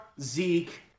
Zeke